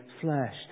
flesh